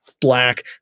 black